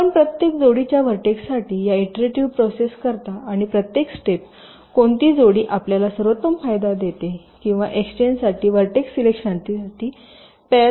आपण प्रत्येक जोडीच्या व्हर्टेक्ससाठी या इट्रेटिव्ह प्रोसेस करता आणि प्रत्येक स्टेप कोणती जोडी आपल्याला सर्वोत्तम फायदा देते किंवा एक्सचेंज साठी व्हर्टेक्स सिलेक्शनसाठी पेर सिलेक्शन करतो